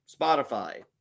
Spotify